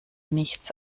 nichts